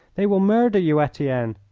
they will murder you, etienne.